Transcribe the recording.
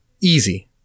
Easy